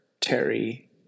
Terry